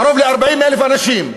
קרוב ל-40,000 אנשים,